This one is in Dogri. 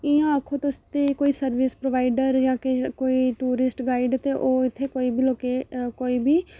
इ'यां आक्खो तुस ते कोई सर्बिस प्रबाइडर जां कोई टूरिस्ट गाइड़ ते ओह् उत्थै कोई बी